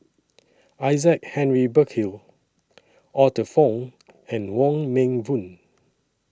Isaac Henry Burkill Arthur Fong and Wong Meng Voon